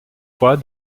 fois